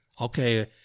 Okay